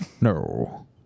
No